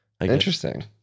Interesting